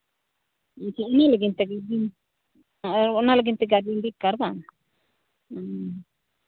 ᱟᱪᱪᱷᱟ ᱤᱱᱟᱹ ᱞᱟᱹᱜᱤᱫ ᱚᱱᱟ ᱞᱟᱹᱜᱤᱫᱛᱮ ᱜᱟᱨᱡᱮᱱ ᱫᱚᱨᱠᱟᱨ ᱵᱟᱝ ᱦᱮᱸ